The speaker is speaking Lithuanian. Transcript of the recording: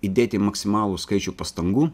įdėti maksimalų skaičių pastangų